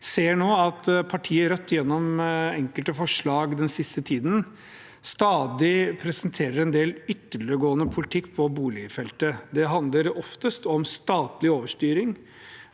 vi ser nå at partiet Rødt gjennom enkelte forslag den siste tiden stadig presenterer en del ytterliggående politikk på boligfeltet. Det handler oftest om statlig overstyring.